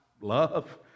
love